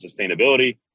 sustainability